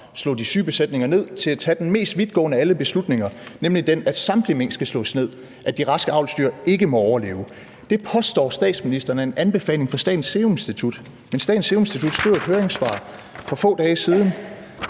slå de syge besætninger ned til at tage den mest vidtgående af alle beslutninger, nemlig den, at samtlige mink skal slås ned; at de raske avlsdyr ikke må overleve. Det påstår statsministeren er en anbefaling fra Statens Serum Institut. Men Statens Serum Institut skriver i et høringssvar for få dage siden: